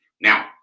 Now